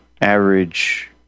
average